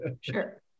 Sure